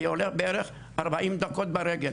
היה הולך בערך ארבעים דקות ברגל